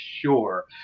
sure